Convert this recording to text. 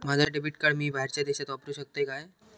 माझा debit card मी बाहेरच्या देशात वापरू शकतय काय?